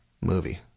movie